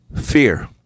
Fear